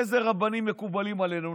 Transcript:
איזה רבנים מקובלים עלינו,